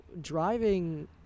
driving